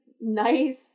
nice